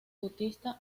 bautista